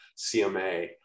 CMA